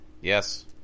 Yes